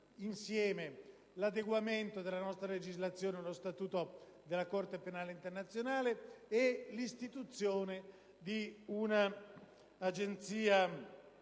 di adeguamento della nostra legislazione allo Statuto della Corte penale internazionale e di istituzione di un'Agenzia